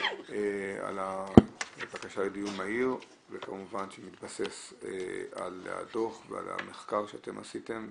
על הבקשה לדיון מהיר וכמובן שהיא מתבססת על הדוח ועל המחקר שאתם עשיתם,